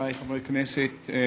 חברותי חברי הכנסת,